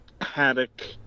haddock